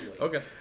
Okay